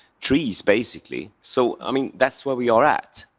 trees basically. so, i mean that's where we are at.